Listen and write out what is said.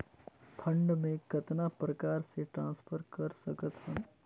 Fund मे कतना प्रकार से ट्रांसफर कर सकत हन?